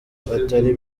atari